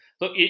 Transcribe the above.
Look